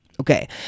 Okay